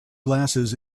glasses